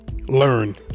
learn